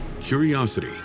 curiosity